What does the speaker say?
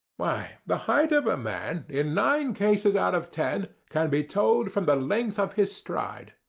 why, the height of a man, in nine cases out of ten, can be told from the length of his stride.